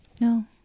No